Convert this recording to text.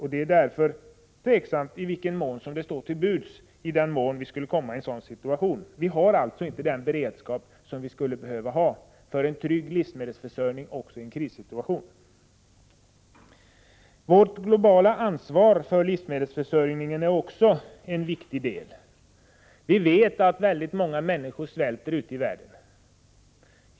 Det är därför tveksamt i vilken mån sådana här möjligheter står till buds, om vi skulle komma i en avspärrningssituation. Vi har alltså inte den beredskap som vi skulle behöva ha för en trygg livsmedelsförsörjning även i en krissituation. Vårt globala ansvar för livsmedelsförsörjningen är likaledes en viktig del. Vi vet att väldigt många människor svälter ute i världen.